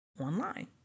online